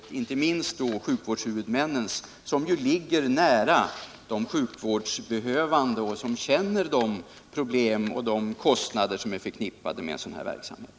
Det gäller inte minst önskemålen hos sjukvårdshuvudmännen, som ju arbetar nära de sjukvårdsbehövande och känner de problem och de kostnader som är förknippande med en sådan här verksamhet.